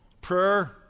Prayer